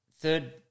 third